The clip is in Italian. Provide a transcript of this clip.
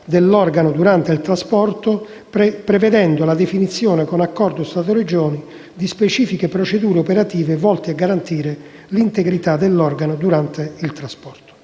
dell'organo durante il trasporto, prevedendo la definizione, con accordo Stato-Regioni, di specifiche procedure operative volte a garantire l'integrità dell'organo durante il trasporto.